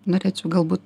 norėčiau galbūt